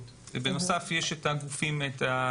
עד יולי 2022. עד אז אנחנו מצפים לסדרה